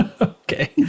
Okay